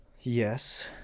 Yes